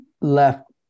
left